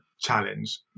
challenge